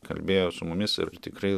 kalbėjo su mumis ir tikrai